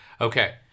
Okay